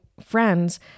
friends